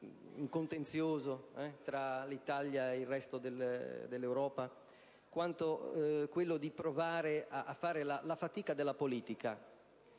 un contenzioso tra l'Italia e il resto dell'Europa, quanto quello di provare a fare la fatica della politica.